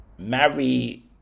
marry